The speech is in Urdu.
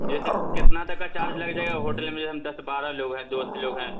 جیسے کتنا تک کا چارج لگ جائے گا ہوٹل میں ہم دس بارہ لوگ ہیں دوست لوگ ہیں